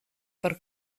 per